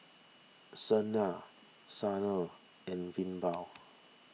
Sunil Sanal and Vinoba